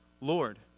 Lord